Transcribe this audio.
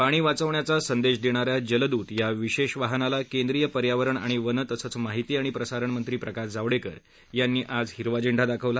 पाणी वाचवण्याचा सद्धि देणाऱ्या जलद्त या विशेष वाहनाला केंद्रीय पर्यावरण आणि वनत्रिसद्धमाहिती आणि प्रसारणमद्दीी प्रकाश जावडेकर यापीीआज हिरवा झेंडा दाखवला